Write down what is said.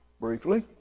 briefly